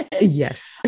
Yes